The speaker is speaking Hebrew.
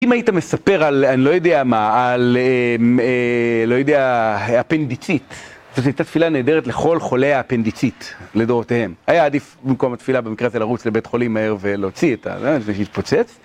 אם היית מספר על, אני לא יודע מה, על, אההה, לא יודע, האפנדיצית זאת הייתה תפילה נהדרת לכל חולי האפנדיצית, לדורותיהם. היה עדיף במקום התפילה במקרה הזה לרוץ לבית חולים מהר ולהוציא את ה, לפני שתתפוצץ